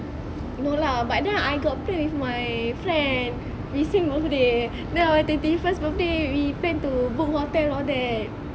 no lah but then I got plan with my friend recent birthday the our twenty first birthday we plan to book hotel all that